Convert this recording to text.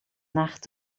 nacht